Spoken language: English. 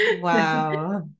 Wow